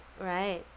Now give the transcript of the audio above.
right